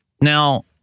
Now